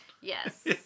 Yes